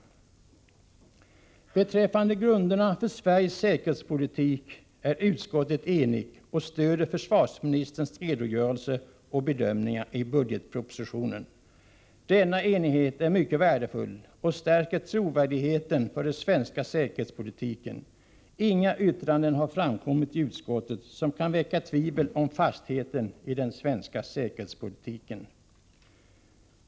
Utskottet är enigt beträffande grunderna för Sveriges säkerhetspolitik och stöder försvarsministerns redogörelse och bedömningar i budgetpropositionen. Denna enighet är mycket värdefull och stärker den svenska säkerhetspolitikens trovärdighet. Inga yttranden har förekommit i utskottet som kan väcka tvivel om fastheten i den svenska säkerhetspolitiken.